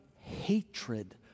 Hatred